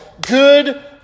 good